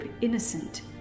Innocent